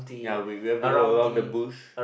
ya we we have to go around the bush